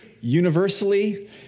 universally